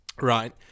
Right